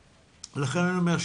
ולכן אני אומר,